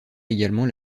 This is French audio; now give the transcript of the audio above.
également